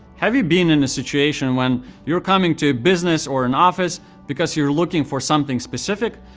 have you been in a situation when you're coming to a business or an office because you are looking for something specific,